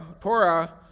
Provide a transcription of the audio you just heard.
Torah